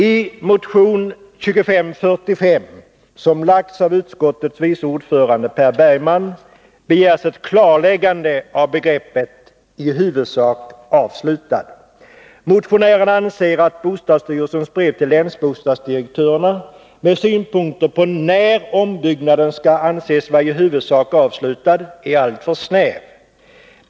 I motion 2545 — som väckts av civilutskottets vice ordförande Per Bergman — begärs ett klarläggande av begreppet ”i huvudsak avslutad”. Motionären anser att bostadsstyrelsens brev till länsbostadsdirektörerna med synpunkter på när ombyggnaden skall anses vara i huvudsak avslutad innebär en alltför snäv tolkning.